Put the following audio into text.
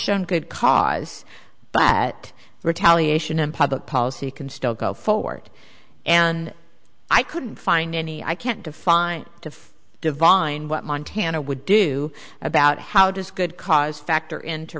shown good cause but retaliation and public policy can still go forward and i couldn't find any i can't define to divine what montana would do about how does good cause factor into